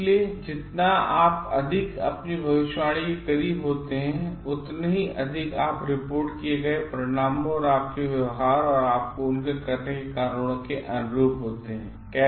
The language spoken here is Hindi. इसलिएजितनाआप अधिक अपनी भविष्यवाणी केकरीबहोते हैं उतने अधिक आप रिपोर्ट किए गए परिणामों और आपकेव्यवहारऔर उनको करने के कारणों केअनुरूप होतेहैं